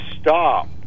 stop